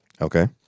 Okay